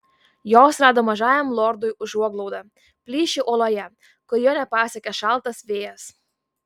jos rado mažajam lordui užuoglaudą plyšį uoloje kur jo nepasiekė šaltas vėjas